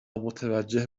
متوجه